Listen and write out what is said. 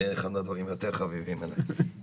זה אחד מהדברים היותר חביבים עליי.